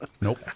Nope